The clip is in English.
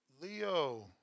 Leo